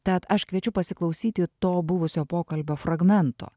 tad aš kviečiu pasiklausyti to buvusio pokalbio fragmento